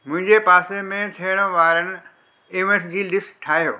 मुंहिंजे पासे में थियणु वारनि इवेंट्स जी लिस्ट ठाहियो